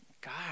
God